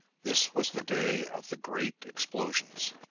this was the day of the great explosions,